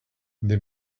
they